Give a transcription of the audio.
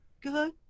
good